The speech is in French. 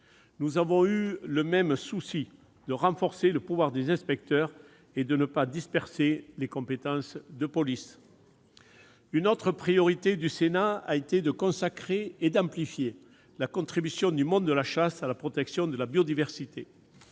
Nous avons eu le même souci de renforcer les pouvoirs des inspecteurs et de ne pas disperser les compétences de police. Une autre priorité du Sénat a été de consacrer et d'amplifier la contribution du monde de la chasse à la protection de la biodiversité.